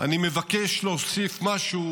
אני מבקש להוסיף משהו